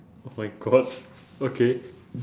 oh my god okay